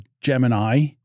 Gemini